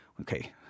Okay